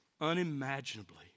unimaginably